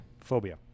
Phobia